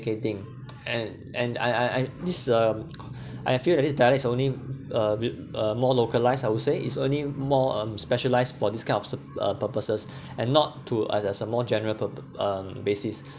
~cating and and I I I this um I feel that this dialects only uh v~ uh more localised I would say it's only more um specialised for this kind of s~ uh purposes and not to us as a more general purpo~ um basis